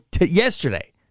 yesterday